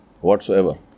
whatsoever